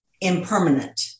impermanent